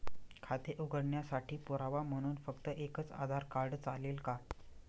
खाते उघडण्यासाठी पुरावा म्हणून फक्त एकच आधार कार्ड चालेल का?